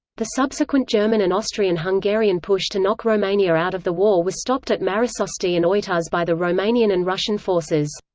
the subsequent german and austrian-hungarian push to knock romania out of the war was stopped at marasesti and oituz by the romanian and russian forces.